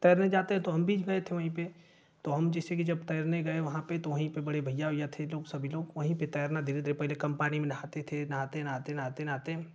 तैरने जाते हैं तो हम भी गये थे वहीं पर तो हम जैसे की जब तैरने गये वहाँ तो वहीं पर बड़े भैया उइया थे लोग सभी लोग वहीं पर तैरना धीरे धीरे पहले कम पानी में नहाते थे नहाते नहाते नहाते नहाते